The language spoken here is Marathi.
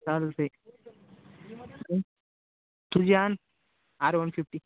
चालेल ते से तुझी आण आर वन फिफ्टी